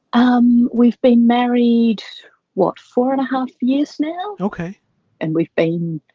um we've been married what four and a half years now. ok and we've been